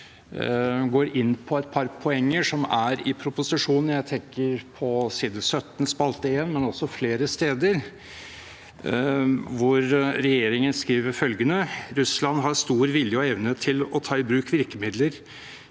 også går inn på et par poenger som er i proposisjonen. Jeg tenker på side 17, spalte én, men også flere steder, hvor regjeringen skriver følgende: «Russland har vist stor vilje og evne til å ta i bruk virkemidler